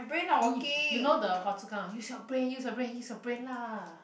you you know the phua chu kang use your brain use your brain use your brain lah